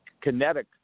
kinetic